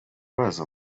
baza